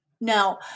Now